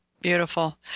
beautiful